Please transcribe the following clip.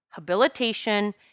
habilitation